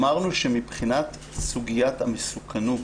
אמרנו שמבחינת סוגיית המסוכנות